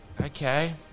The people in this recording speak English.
Okay